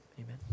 amen